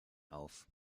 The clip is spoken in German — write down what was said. auf